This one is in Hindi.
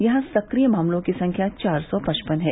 यहां सक्रिय मामलों की संख्या चार सौ पचपन है